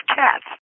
cats